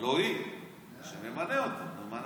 לא היא, מי שממנה אותה, מה נעשה?